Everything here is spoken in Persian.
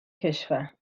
کشور